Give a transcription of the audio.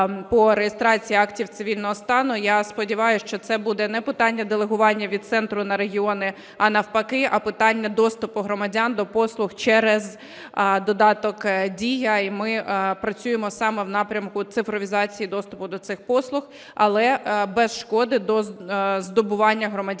по реєстрації актів цивільного стану. Я сподіваюсь, що це буде не питання делегування від центру на регіони, а навпаки, а питання доступу громадян до послуг через додаток "Дія". І ми працюємо саме в напрямку цифровізації доступу до цих послуг, але без шкоди здобуванню громадянами